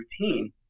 routine